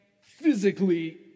physically